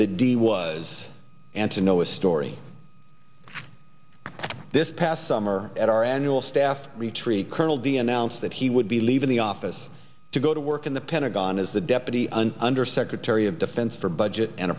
that d was and to know a story this past summer at our annual staff retreat colonel d n ounce that he would be leaving the office to go to work in the pentagon as the deputy and undersecretary of defense for budget and